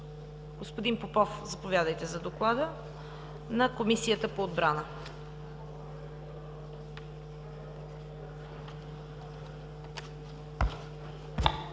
Генерал Попов, заповядайте за доклада на Комисията по отбрана.